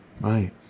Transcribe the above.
Right